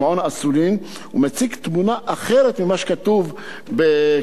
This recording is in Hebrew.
אסולין" הוא מציג תמונה אחרת ממה שכתוב ב"כלכליסט".